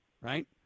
right